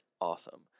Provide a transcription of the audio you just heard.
awesome